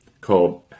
called